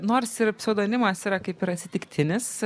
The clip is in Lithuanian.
nors ir pseudonimas yra kaip ir atsitiktinis